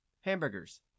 hamburgers